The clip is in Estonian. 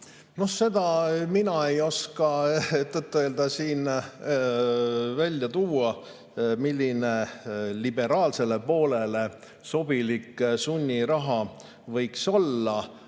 Seda mina ei oska tõtt-öelda siin välja tuua, milline liberaalsele poolele sobilik sunniraha võiks olla.